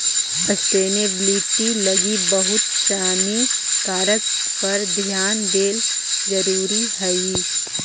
sustainability लगी बहुत सानी कारक पर ध्यान देला जरुरी हई